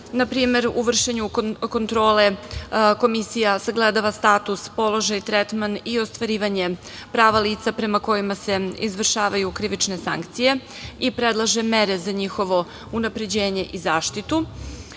Na primer, u vršenju kontrole Komisija sagledava status, položaj, tretman i ostvarivanje prava lica prema kojima se izvršavaju krivične sankcije i predlaže mere za njihove unapređenje i zaštitu.